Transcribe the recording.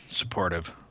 Supportive